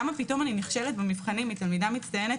למה פתאום אני נכשלת במבחנים מתלמידה מצטיינת